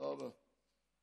תודה רבה.